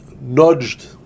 nudged